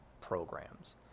programs